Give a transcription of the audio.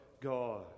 God